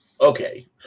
okay